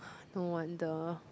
no wonder